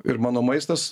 ir mano maistas